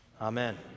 Amen